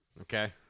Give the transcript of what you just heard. Okay